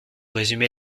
résumer